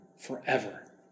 forever